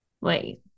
wait